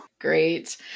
Great